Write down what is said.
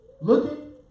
Looking